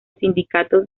sindicatos